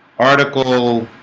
article